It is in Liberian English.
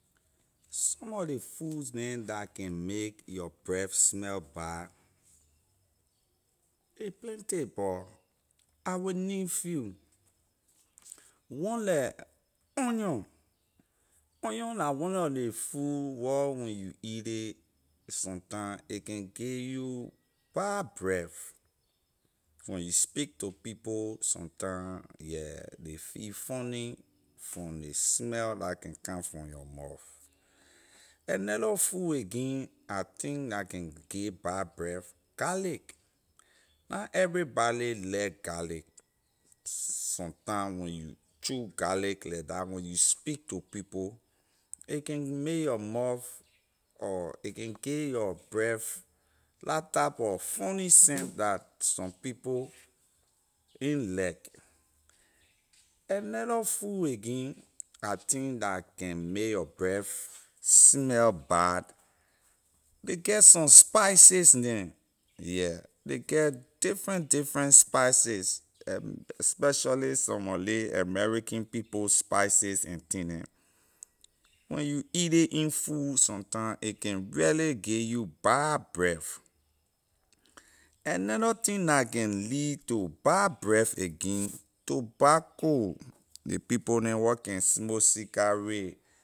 Some of ley foods neh la can make your breath smell bad a plenty but I will name few one let onion onion la one nor ley food wor when you eat ley sometime a can give you bad breath when you speak to people sometime yeah they feel funny from ley smell la can kan from your mouth another food again I think la can give bad breath garlic na everybody like garlic sometime when you chew garlic like that when you speak to people a can make your mouth a can give your breath la type of funny scent that some people in like another food again I think la can may your breath smell bad ley get some spices neh yeah they get different different spices especially some mor ley american people spices and thing neh when you eat ley in food sometime a can really give you bad breath another thing la can lead to bad breath again tobacco ley people neh where can smoke cigarette